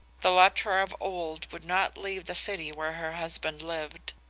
the luttra of old would not leave the city where her husband lived.